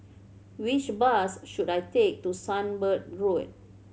which bus should I take to Sunbird Road